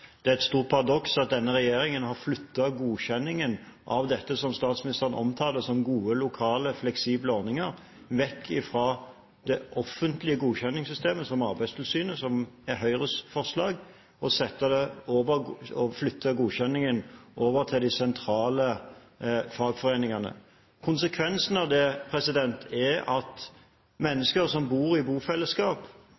Det er et stort paradoks at denne regjeringen har flyttet godkjenningen av dette som statsministeren omtaler som gode, lokale, fleksible ordninger, vekk fra det offentlige godkjenningssystemet, som Arbeidstilsynet, som er Høyres forslag, og over til de sentrale fagforeningene. Konsekvensen av det er at